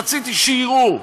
רציתי שיראו.